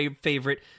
favorite